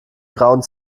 grauen